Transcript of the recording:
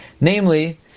Namely